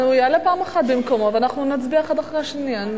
הוא יעלה פעם אחת במקומו ואנחנו נצביע אחת אחרי השנייה.